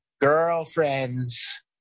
girlfriend's